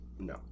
No